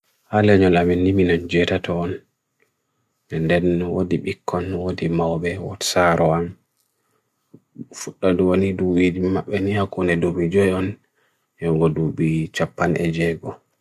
hale nyo lamin nimi nan jet ato on nende nyo odi bikan, odi maobe, od saro an futadwani dwidi, nene akone dwidi jo yon yon go dwidi chapan ejego